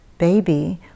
baby